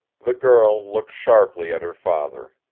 the girl looked sharply at her father.